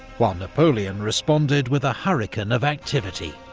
while napoleon responded with a hurricane of activity.